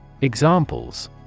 Examples